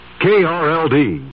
KRLD